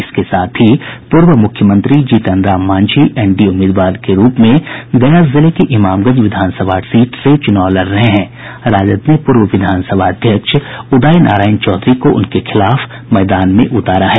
इसके साथ ही पूर्व मुख्यमंत्री जीतन राम मांझी एनडीए उम्मीदवार के रूप में गया जिले के इमामगंज विधानसभा सीट से चुनाव लड़ रहे हैं राजद ने पूर्व विधानसभा अध्यक्ष उदय नारायण चौधरी को उनके खिलाफ मैदान में उतारा है